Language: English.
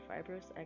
fibrous